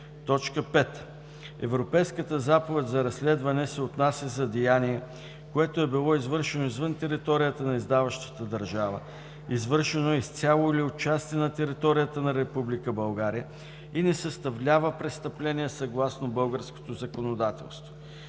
5. Европейската заповед за разследване се отнася за деяние, което е било извършено извън територията на издаващата държава, извършено е изцяло или отчасти на територията на Република България и не съставлява престъпление съгласно българското законодателство;